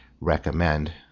recommend